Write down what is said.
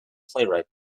playwright